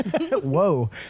Whoa